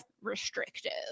restrictive